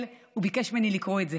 כתבה לו והוא ביקש ממני לקרוא את זה: